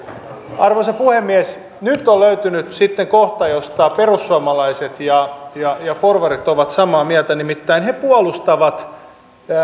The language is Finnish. arvoisa puhemies nyt on löytynyt sitten kohta josta perussuomalaiset ja ja porvarit ovat samaa mieltä nimittäin he puolustavat